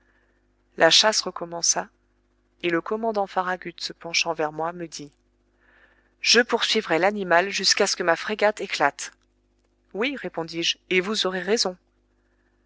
la chasse recommença et le commandant farragut se penchant vers moi me dit je poursuivrai l'animal jusqu'à ce que ma frégate éclate oui répondis-je et vous aurez raison